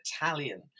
Italian